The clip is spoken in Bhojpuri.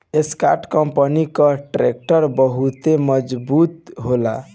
एस्कार्ट कंपनी कअ ट्रैक्टर बहुते मजबूत होला